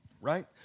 Right